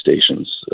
stations